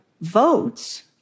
votes